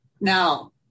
Now